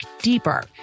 deeper